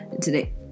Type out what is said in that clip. today